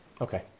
Okay